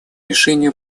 решения